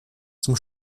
zum